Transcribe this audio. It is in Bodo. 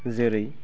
जेरै